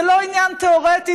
זה לא עניין תיאורטי,